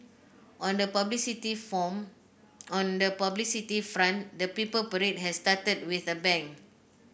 on the publicity from on the publicity front the Purple Parade has started with a bang